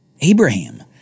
Abraham